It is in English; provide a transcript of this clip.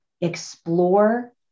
explore